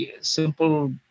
simple